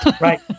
Right